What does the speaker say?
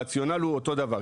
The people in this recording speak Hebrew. הרציונל הוא אותו דבר,